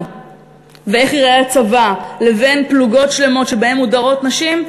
ואיך ייראה הצבא לבין פלוגות שלמות שבהן מודרות נשים,